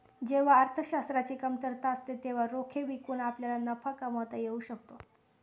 जेव्हा अर्थशास्त्राची कमतरता असते तेव्हा रोखे विकून आपल्याला नफा कमावता येऊ शकतो